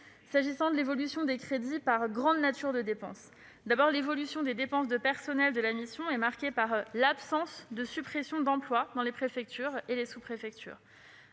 S'agissant de l'évolution des crédits par nature de dépense, je tiens à préciser que l'évolution des dépenses de personnels de la mission est marquée par l'absence de suppression d'emplois dans les préfectures et sous-préfectures.